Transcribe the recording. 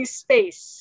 space